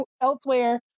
elsewhere